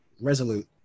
Resolute